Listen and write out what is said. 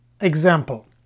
example